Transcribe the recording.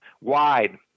wide